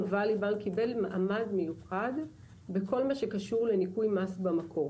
ואלי בנק קיבל מעמד מיוחד בכל מה שקשור לניכוי מס במקור.